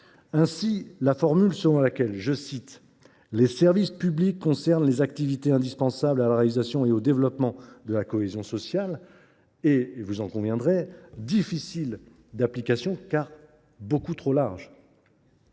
Ainsi, la formule selon laquelle « les services publics concernent les activités indispensables à la réalisation et au développement de la cohésion sociale » est, vous en conviendrez, difficile d’application, car beaucoup trop large.